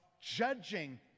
judging